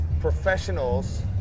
professionals